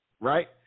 right